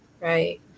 right